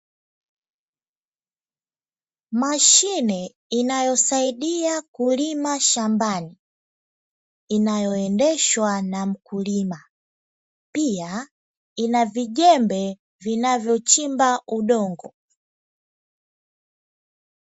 Mashine inayosaidia kulima shambani inayoendeshwa na mkulima pia ina vijembe vinavyochimba udongo.